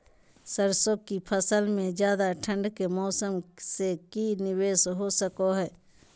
सरसों की फसल में ज्यादा ठंड के मौसम से की निवेस हो सको हय?